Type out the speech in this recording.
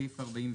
מי בעד סעיף 36?